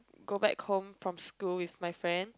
go back home from school with my friend